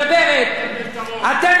אתם נכנסתם לקואליציה.